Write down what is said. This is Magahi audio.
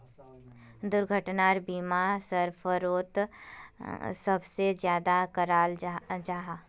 दुर्घटना बीमा सफ़रोत सबसे ज्यादा कराल जाहा